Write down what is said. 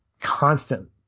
constant